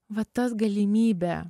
va ta galimybė